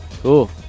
Cool